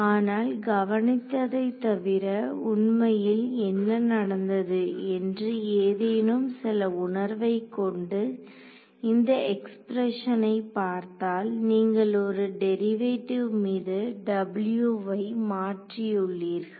ஆனால் கவனித்ததை தவிர உண்மையில் என்ன நடந்தது என்று ஏதேனும் சில உணர்வை கொண்டு இந்த எக்ஸ்பிரஷனை பார்த்தால் நீங்கள் ஒரு டெரிவேட்டிவ் U மீது W வை மாற்றியுள்ளீர்கள்